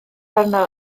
arno